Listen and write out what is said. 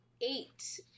eight